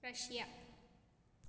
Russia